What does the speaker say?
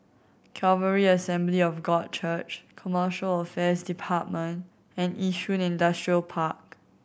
Calvary Assembly of God Church Commercial Affairs Department and Yishun Industrial Park